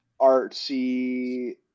artsy